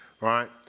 right